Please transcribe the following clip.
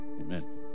amen